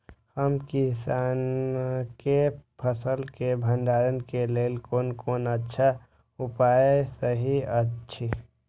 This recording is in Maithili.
हम किसानके फसल के भंडारण के लेल कोन कोन अच्छा उपाय सहि अछि?